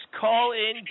call-in